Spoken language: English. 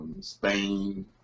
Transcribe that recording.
Spain